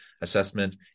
assessment